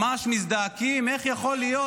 ממש מזדעקים: איך יכול להיות?